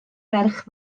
ferch